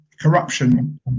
corruption